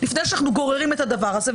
לפני שאנחנו גוררים את הדבר הזה,